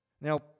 Now